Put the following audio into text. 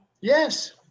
Yes